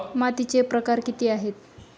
मातीचे प्रकार किती आहेत?